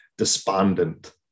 Despondent